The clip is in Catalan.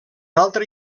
altre